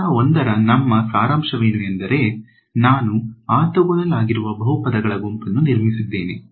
ಹಂತ 1 ರ ನಮ್ಮ ಸಾರಾಂಶವೇನು ಎಂದರೆ ನಾನು ಆರ್ಥೋಗೋನಲ್ ಆಗಿರುವ ಬಹುಪದಗಳ ಗುಂಪನ್ನು ನಿರ್ಮಿಸಿದ್ದೇನೆ